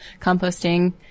composting